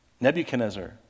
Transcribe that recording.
Nebuchadnezzar